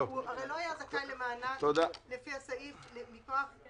הרי הוא לא היה זכאי למענק לפי הסעיף מכוח זה